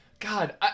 God